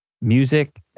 music